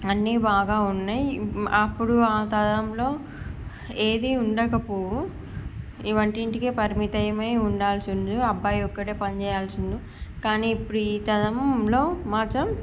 అన్ని బాగా ఉన్నాయి అప్పుడు ఆతరంలో ఏది ఉండకపోవు ఈ వంటింటికే పరిమితమై ఉండాల్సి ఉంటుంది అబ్బాయి ఒక్కడే పనిచేయాల్సి ఉంది కానీ ఇప్పుడు ఈ తరంలో మాత్రం